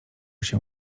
się